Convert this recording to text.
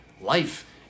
Life